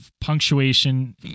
punctuation